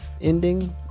ending